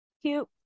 Cute